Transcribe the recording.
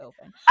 open